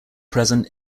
present